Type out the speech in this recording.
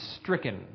stricken